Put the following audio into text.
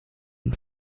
and